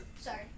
Sorry